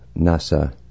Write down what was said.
NASA